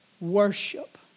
worship